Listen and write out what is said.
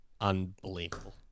Unbelievable